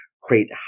create